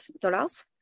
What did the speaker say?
dollars